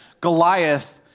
Goliath